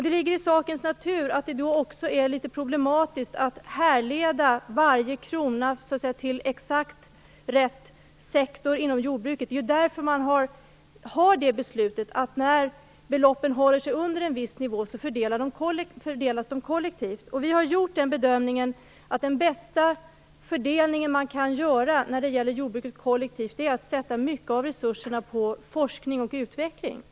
Det ligger i sakens natur att det då också är litet problematiskt att härleda varje krona till exakt rätt sektor inom jordbruket. Det är därför man har fattat det beslutet: När beloppen håller sig under en viss nivå fördelas de kollektivt. Vi har gjort den bedömningen att den bästa fördelning man kan göra när det gäller jordbruket kollektivt är att satsa mycket av resurserna på forskning och utveckling.